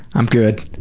i'm good.